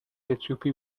اتیوپی